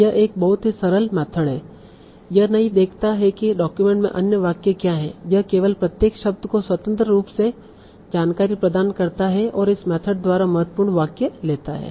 यह एक बहुत ही सरल मेथड है यह नहीं देखता है कि डॉक्यूमेंट में अन्य वाक्य क्या है यह केवल प्रत्येक शब्द को स्वतंत्र रूप से जानकारी प्रदान करता है और इस मेथड द्वारा महत्वपूर्ण वाक्य लेता है